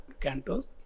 cantos